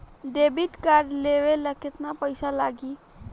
Debit card लेवे ला केतना पईसा लागी?